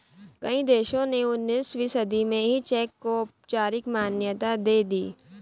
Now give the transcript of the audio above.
कई देशों ने उन्नीसवीं सदी में ही चेक को औपचारिक मान्यता दे दी